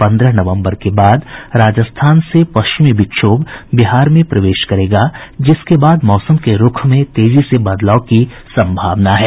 पन्द्रह नवम्बर के बाद राजस्थान से पश्चिमी विक्षोभ बिहार में प्रवेश करेगा जिसके बाद मौसम के रूख में तेजी से बदलाव की संभावना है